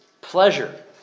pleasure